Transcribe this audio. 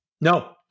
No